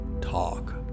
talk